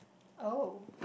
oh